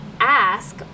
ask